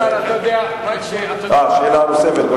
שאלה נוספת.